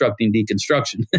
Deconstruction